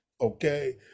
Okay